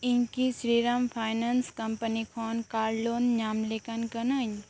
ᱤᱧ ᱠᱤ Shriram finance company ᱠᱷᱚᱱ ᱠᱟᱨ ᱞᱳᱱ ᱧᱟᱢ ᱞᱮᱠᱟᱱ ᱠᱟᱹᱱᱟᱹᱧ